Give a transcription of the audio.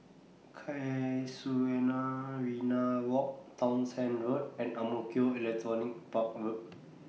Walk Townshend Road and Ang Mo Kio Electronics Park Road